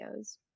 videos